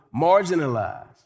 marginalized